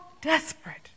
desperate